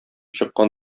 чыккан